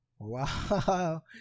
Wow